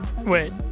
Wait